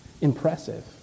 Impressive